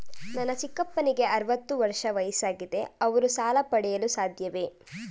ನನ್ನ ಚಿಕ್ಕಪ್ಪನಿಗೆ ಅರವತ್ತು ವರ್ಷ ವಯಸ್ಸಾಗಿದೆ ಅವರು ಸಾಲ ಪಡೆಯಲು ಸಾಧ್ಯವೇ?